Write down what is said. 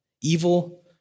evil